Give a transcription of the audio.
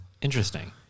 Interesting